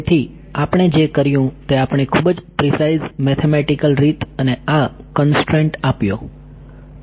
તેથી આપણે જે કર્યું તે આપણે ખૂબ જ પ્રીસાઇઝ મેથેમેટિકલ રીત અને આ કન્સ્ટ્રેંટ આપ્યો